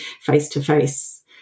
face-to-face